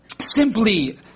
simply